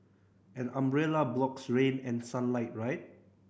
an umbrella blocks rain and sunlight right